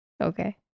Okay